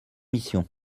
missions